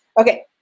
Okay